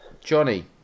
Johnny